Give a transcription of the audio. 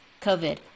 COVID